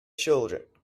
children